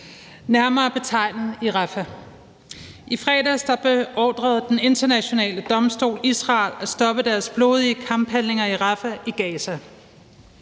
nærmere betegnet i Rafah. I fredags beordrede Den Internationale Domstol Israel til at stoppe deres blodige kamphandlinger i Rafah i Gaza.